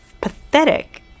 pathetic